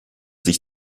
sich